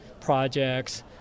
projects